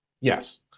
Yes